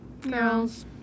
Girls